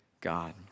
God